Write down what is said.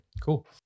cool